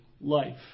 life